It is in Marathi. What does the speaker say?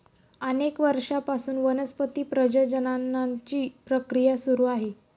अनेक वर्षांपासून वनस्पती प्रजननाची प्रक्रिया सुरू आहे